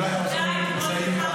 אם הוא לא היה עוזר, לא היינו נמצאים כאן.